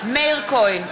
מאיר כהן,